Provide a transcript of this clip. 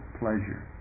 pleasure